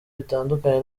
bitandukanye